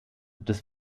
des